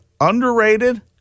underrated